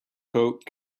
coke